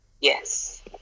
Yes